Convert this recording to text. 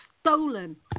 stolen